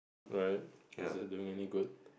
right is it doing any good